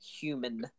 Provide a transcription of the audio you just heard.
human